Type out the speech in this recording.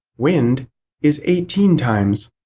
wind is eighteen times.